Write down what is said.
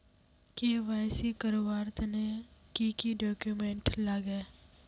KYC करवार तने की की डॉक्यूमेंट लागे?